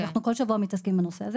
אנחנו כל שבוע מתעסקים בנושא הזה